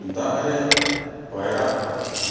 ᱫᱟᱜ ᱨᱮ ᱯᱟᱭᱨᱟᱜ ᱚᱠᱛᱚ